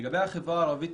לגבי החברה הערבית,